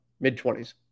mid-20s